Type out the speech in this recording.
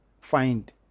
find